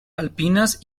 alpinas